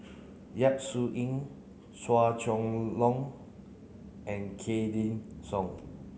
Yap Su Yin Chua Chong Long and Wykidd Song